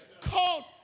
called